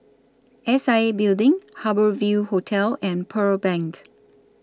S I A Building Harbour Ville Hotel and Pearl Bank